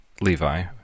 Levi